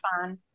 fun